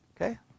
Okay